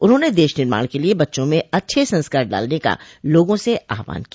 उन्होंने देश निर्माण के लिए बच्चों में अच्छे संस्कार डालने का लोगों से आहवान किया